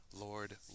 Lord